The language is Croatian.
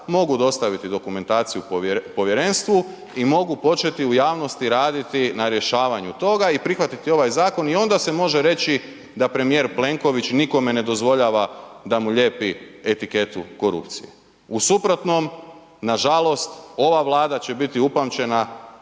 mogu dostaviti dokumentaciju povjerenstvu i mogu početi u javnosti raditi na rješavanju toga i prihvatiti ovaj zakon i onda se može reći da premijer Plenković nikome ne dozvoljava da mu lijepi etiketu korupcije, u suprotnom nažalost ova Vlada će biti upamćena